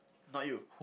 not you